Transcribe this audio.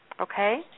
Okay